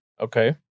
Okay